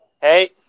Hey